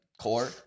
core